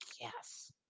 Yes